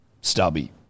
Stubby